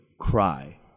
cry